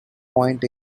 point